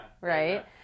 Right